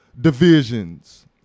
divisions